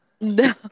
No